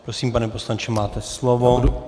Prosím, pane poslanče, máte slovo.